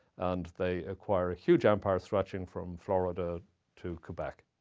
and they acquire a huge empire stretching from florida to quebec.